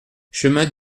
chemin